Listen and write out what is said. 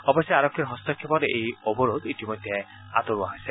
অৱশ্যে আৰক্ষীৰ হস্তক্ষেপত এই অৱৰোধ ইতিমধ্যে আতৰোৱা হৈছে